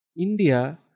India